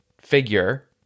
figure